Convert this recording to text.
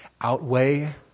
outweigh